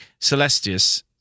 celestius